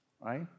right